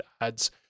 ads